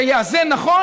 שיאזן נכון.